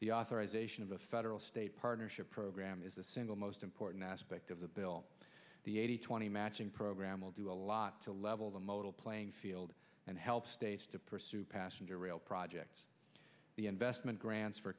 the authorization of a federal state partnership program is the single most important aspect of the bill the eighty twenty matching program will do a lot to level the modal playing field and help states to pursue passenger rail projects the investment grants for